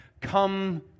Come